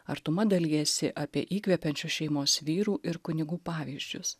artuma dalijasi apie įkvepiančius šeimos vyrų ir kunigų pavyzdžius